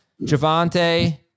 Javante